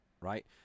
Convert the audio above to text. right